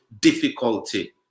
difficulty